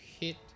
hit